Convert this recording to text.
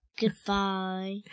Goodbye